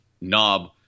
knob